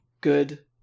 good